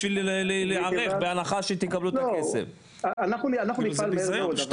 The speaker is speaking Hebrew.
חודשיים בשביל להיערך בהנחה שתקבלו את הכסף.